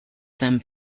them